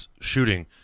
shooting